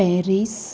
Paris